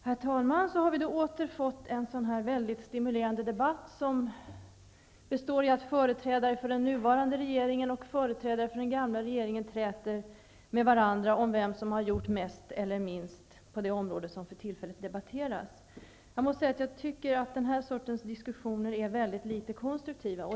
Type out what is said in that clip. Herr talman! Så har vi då åter fått en sådan här mycket stimulerande debatt som består i att företrädare för den nuvarande regeringen och företrädare för den gamla regeringen träter med varandra om vem som har gjort mest eller minst på det område som för tillfället debatteras. Jag måste säga att jag tycker att den här sortens diskussioner är mycket litet konstruktiva.